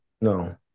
No